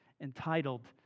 entitled